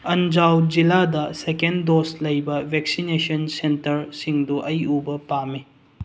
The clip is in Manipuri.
ꯑꯟꯖꯥꯎ ꯖꯤꯜꯂꯥꯗꯥ ꯁꯦꯀꯦꯟ ꯗꯣꯁ ꯂꯩꯕ ꯕꯦꯛꯁꯤꯅꯦꯁꯟ ꯁꯦꯟꯇꯔꯁꯤꯡꯗꯨ ꯑꯩ ꯎꯕ ꯄꯥꯝꯃꯤ